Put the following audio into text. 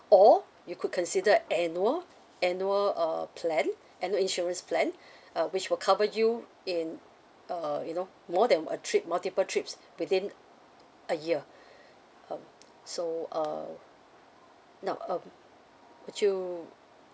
or you could consider annual annual uh plan annual insurance plan uh which will cover you in uh you know more than a trip multiple trips within a year um so uh no um would you